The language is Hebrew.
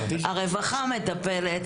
הרווחה מטפלת.